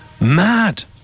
Mad